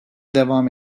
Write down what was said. devam